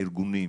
הארגונים.